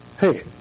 Hey